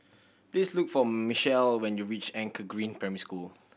please look for Michele when you reach Anchor Green Primary School